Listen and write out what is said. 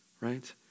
right